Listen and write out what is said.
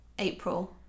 april